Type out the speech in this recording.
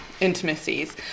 intimacies